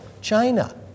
China